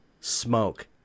smoke